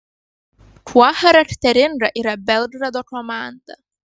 kuo charakteringa yra belgrado komanda